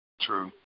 True